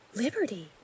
liberty